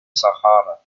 sahara